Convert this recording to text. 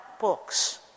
books